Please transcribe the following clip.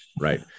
right